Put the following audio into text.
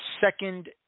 second